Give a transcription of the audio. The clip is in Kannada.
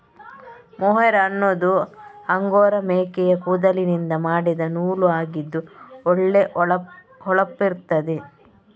ಮೊಹೇರ್ ಅನ್ನುದು ಅಂಗೋರಾ ಮೇಕೆಯ ಕೂದಲಿನಿಂದ ಮಾಡಿದ ನೂಲು ಆಗಿದ್ದು ಒಳ್ಳೆ ಹೊಳಪಿರ್ತದೆ